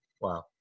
Wow